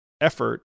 effort